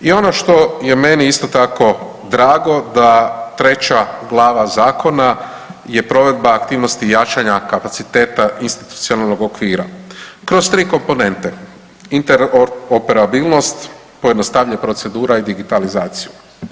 I ono što je meni isto tako drago da treća glava zakona je provedba aktivnosti jačanja kapaciteta institucionalnog okvira kroz tri komponente interoperabilnost, pojednostavljena procedura i digitalizaciju.